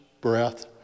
breath